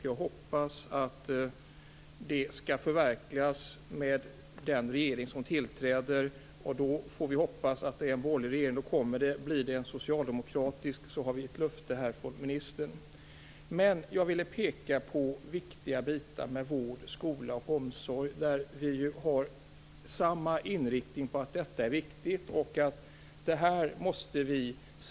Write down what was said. Jag hoppas att det skall förverkligas med den regering som tillträder. Vi får hoppas att det blir en borgerlig, för då kommer det. Blir det en socialdemokratisk har vi här ett löfte från ministern. Jag vill dock peka på viktiga bitar som vård, skola och omsorg. Vi har ju samma inriktning på att detta är viktigt och något som vi måste säkra.